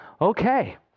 Okay